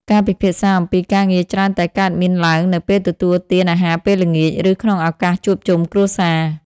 ការពិភាក្សាអំពីការងារច្រើនតែកើតមានឡើងនៅពេលទទួលទានអាហារពេលល្ងាច ឬក្នុងឱកាសជួបជុំគ្រួសារ។